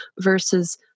versus